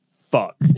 fuck